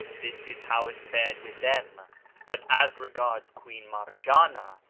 this is how it fared with them but as regards queen marjanah,